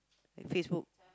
like Facebook